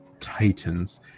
titans